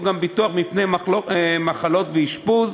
ביטוח מפני מחלות ואשפוז